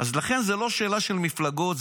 לכן זה לא שאלה של מפלגות.